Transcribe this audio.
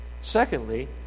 Secondly